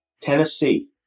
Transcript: Tennessee